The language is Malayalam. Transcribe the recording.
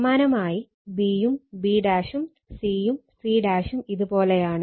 സമാനമായി b യും b ഉം c യും cഉം ഇത് പോലെയാണ്